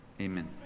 amen